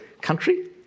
country